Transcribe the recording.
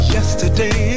Yesterday